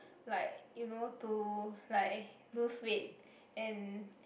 like you know to like lose weight and